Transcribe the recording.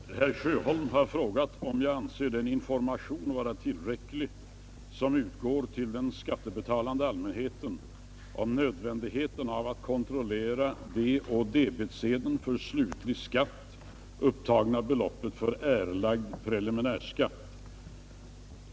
Herr talman! Herr Sjöholm har frågat om jag anser den information vara tillräcklig som utgår till den skattebetalande allmänheten om nödvändigheten av att kontrollera det å debetsedeln för slutlig skatt upptagna beloppet för erlagd preliminär skatt.